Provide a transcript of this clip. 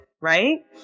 right